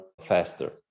faster